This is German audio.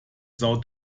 são